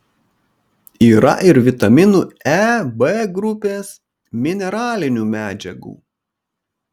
yra ir vitaminų e b grupės mineralinių medžiagų